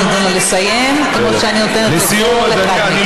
תנו לו לסיים, כמו שאני נותנת לכל אחד מכם.